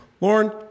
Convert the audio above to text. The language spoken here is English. Lauren